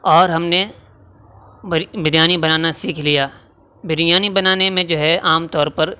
اور ہم نے بریانی بنانا سیکھ لیا بریانی بنانے میں جو ہے عام طور پر